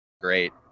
great